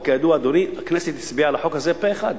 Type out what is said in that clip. וכידוע, אדוני, הכנסת הצביעה על החוק הזה פה-אחד,